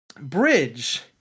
bridge